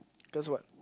cause what